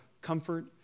comfort